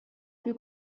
più